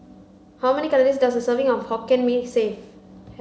how many calories does a serving of Hokkien Mee save